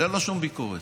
אין לו שום ביקורת.